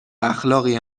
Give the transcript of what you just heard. اخلاقی